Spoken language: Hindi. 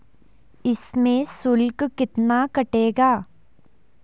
इसमें शुल्क कितना कटेगा?